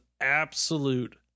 absolute